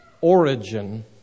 origin